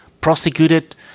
prosecuted